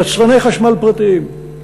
יצרני חשמל פרטיים,